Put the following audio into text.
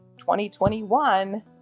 2021